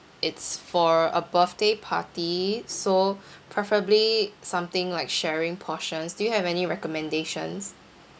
it's for a birthday party so preferably something like sharing portions do you have any recommendations